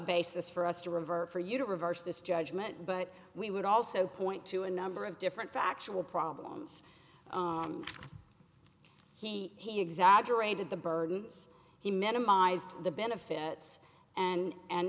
basis for us to river for you to reverse this judgment but we would also point to a number of different factual problems he he exaggerated the burdens he minimized the benefits and